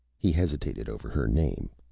he hesitated over her name,